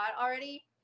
already